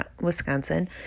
Wisconsin